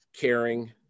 caring